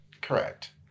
correct